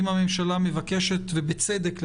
אם הממשלה מבקשת, בצדק לטעמי,